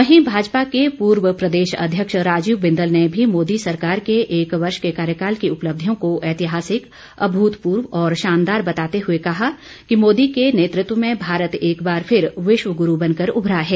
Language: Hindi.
वहीं भाजपा के पूर्व प्रदेशाध्यक्ष राजीव बिंदल ने भी मोदी सरकार के एक वर्ष के कार्यकाल की उपलब्धियों को ऐतिहासिक अभूतपूर्व और शानदार बताते हुए कहा कि मोदी के नेतृत्व में भारत एक बार फिर विश्व गुरू बनकर उभरा है